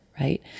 right